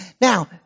Now